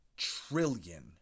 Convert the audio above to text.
Trillion